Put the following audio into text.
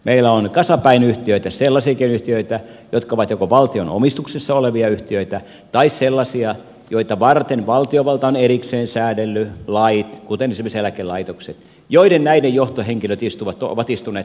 meillä on kasapäin yhtiöitä sellaisiakin yhtiöitä jotka ovat joko valtion omistuksessa olevia yhtiöitä tai sellaisia joita varten valtiovalta on erikseen säädellyt lait kuten esimerkiksi eläkelaitokset ja näiden johtohenkilöt ovat istuneet toistensa hallituksissa